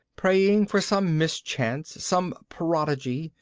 praying for some mischance, some prodigy,